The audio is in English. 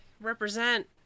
Represent